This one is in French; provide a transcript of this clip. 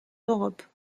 europe